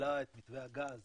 קיבלה את מתווה הגז